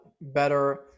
better